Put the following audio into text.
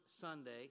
Sunday